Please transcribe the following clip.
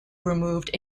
removed